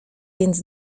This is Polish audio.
więc